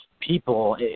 people